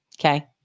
Okay